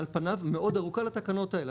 על פניו, מאוד ארוכה לתקנות האלה.